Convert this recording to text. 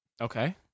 Okay